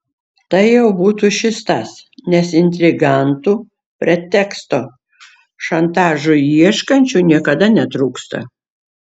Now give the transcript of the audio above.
tai jau būtų šis tas nes intrigantų preteksto šantažui ieškančių niekada netrūksta